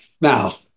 now